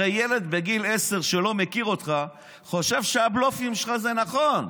הרי ילד בגיל עשר שלא מכיר אותך חושב שהבלופים שלך נכונים,